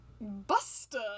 Buster